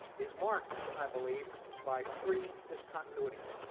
is marked, i believe, by three discontinuities,